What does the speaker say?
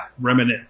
reminisce